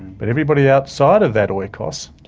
but everybody outside of that oikos,